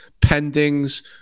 pendings